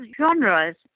genres